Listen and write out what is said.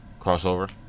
crossover